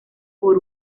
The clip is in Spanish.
por